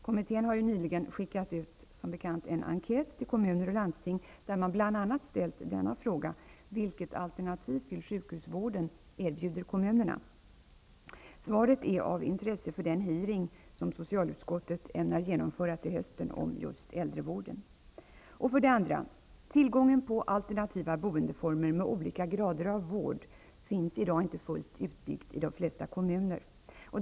Kommittén har som bekant nyligen skickat ut en enkät till kommuner och landsting, där man bl.a. ställer denna fråga: Vilket alternativ till sjukhusvården erbjuder kommunerna? Svaret är av intresse för den hearing som socialutskottet ämnar genomföra till hösten om just äldrevården. Tillgången på alternativa boendeformer med olika grader av vård finns i dag inte fullt utbyggd i de flesta kommuner.